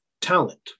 talent